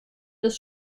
des